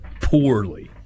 poorly